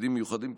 תפקידים מיוחדים,